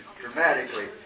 dramatically